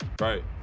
right